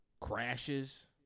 crashes